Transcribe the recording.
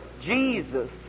Jesus